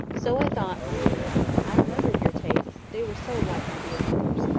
so i thought, my little matty. i remembered your tastes they were so like my dear mother's.